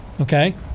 okay